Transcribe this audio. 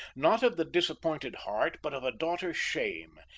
not of the disappointed heart but of a daughter's shame,